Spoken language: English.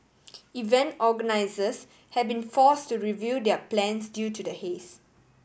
event organisers have been force to review their plans due to the haze